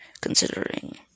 considering